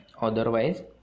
otherwise